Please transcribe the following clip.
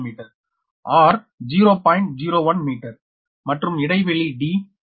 01 metre மற்றும் இடைவெளி d 3